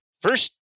First